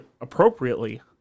appropriately